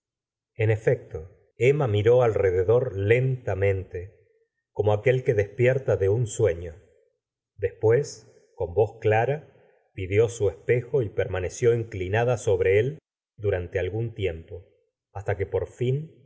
en efecto emma miró alrededor lentamente como aquel que despierta de un sueño después con voz clara pidió su espejo y permaneció inclinada sobre él durante algún tiempo hasta que por fin